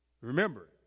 Remember